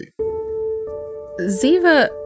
Ziva